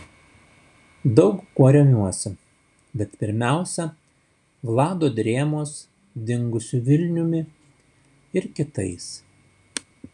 daug kuo remiuosi bet pirmiausia vlado drėmos dingusiu vilniumi ir kitais